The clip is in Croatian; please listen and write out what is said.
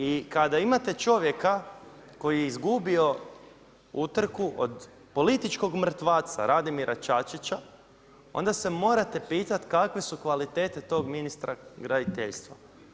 I kada imate čovjeka koji je izgubio utrku od političkog mrtvaca Radimira Čačića onda se morate pitati kakve su kvalitete tog ministra graditeljstva?